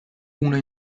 una